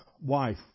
wife